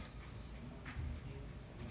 <Z